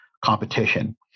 Competition